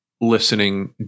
listening